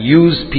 use